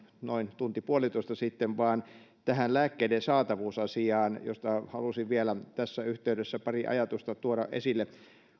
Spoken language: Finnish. noin tunti puolitoista sitten vaan tähän lääkkeiden saatavuusasiaan josta halusin vielä tässä yhteydessä pari ajatusta tuoda esille